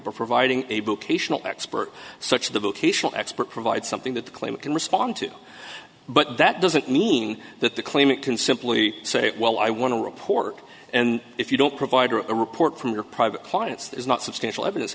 providing a book ational expert such the vocational expert provide something that the claimant can respond to but that doesn't mean that the claimant can simply say well i want to report and if you don't provide a report from your private clients there's not substantial evidence